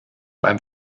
beim